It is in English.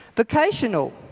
Vocational